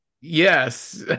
Yes